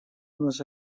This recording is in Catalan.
unes